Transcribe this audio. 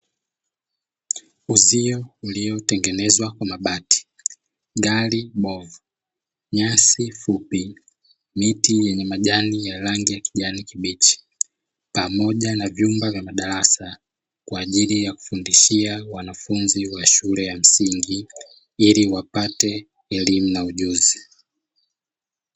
Uzio uliotengenezwa kwa mabati. Gari bovu. Nyasi fupi. Miti yenye majani ya rangi ya kijani kibichi pamoja na vyumba vya madarasa, kwa ajili ya kufundishia wanafunzi wa shule ya msingi ili wapate ujuzi.